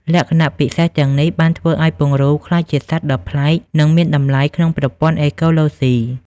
លក្ខណៈពិសេសទាំងនេះបានធ្វើឱ្យពង្រូលក្លាយជាសត្វដ៏ប្លែក និងមានតម្លៃក្នុងប្រព័ន្ធអេកូឡូស៊ី។